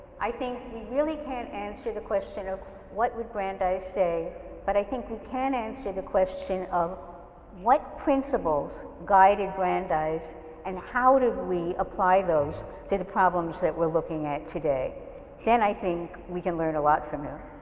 i think we really can't answer the question of what would brandeis say but i think we can answer the question of what principles guided brandeis and how do we apply those to the problems that we're looking at today and i think we can learn a lot from him.